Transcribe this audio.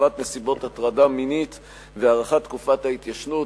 הרחבת נסיבות הטרדה מינית והארכת תקופת התיישנות),